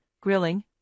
grilling